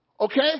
Okay